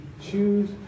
choose